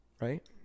right